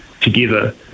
together